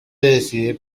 decide